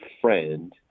friend